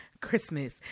Christmas